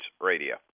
Radio